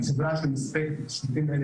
כחברה שמספקת שירותים כאלה,